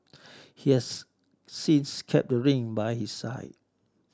he has since kept the ring by his side